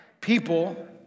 people